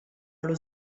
allo